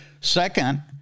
Second